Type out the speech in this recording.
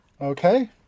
Okay